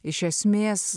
iš esmės